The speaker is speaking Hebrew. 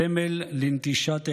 סמל לנטישת העבר,